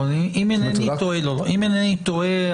אם אינני טועה,